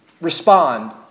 Respond